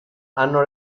hanno